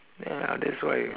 ya that's why